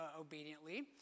obediently